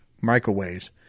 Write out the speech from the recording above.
microwaves